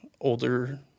older